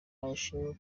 abashinwa